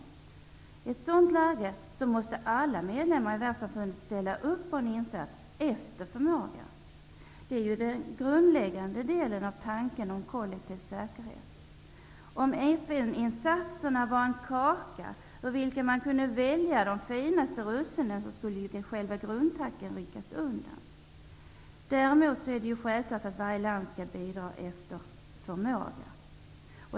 I ett sådant läge måste alla medlemmar i världssamfundet ställa upp på en insats efter förmåga. Det är den grundläggande delen av tanken om kollektiv säkerhet. Om FN insatserna var en kaka ur vilken man kunde plocka de finaste russinen skulle själva grundtanken ryckas undan. Däremot är det självklart att varje land skall bidra efter förmåga.